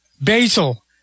basil